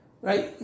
right